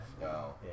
No